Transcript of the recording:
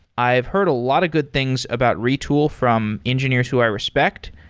i've heard a lot of good things about retool from engineers who i respect.